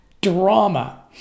drama